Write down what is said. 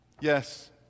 Yes